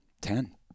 ten